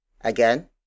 Again